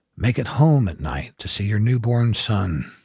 make it home at night to see your newborn son.